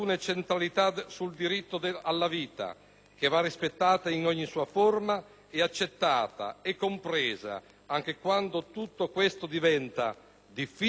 che va rispettata in ogni sua forma e accettata e compresa anche quando tutto questo diventa difficile da vivere e da comprendere.